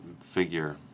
figure